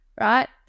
right